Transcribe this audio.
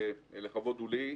ולכבוד הוא לי,